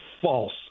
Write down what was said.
false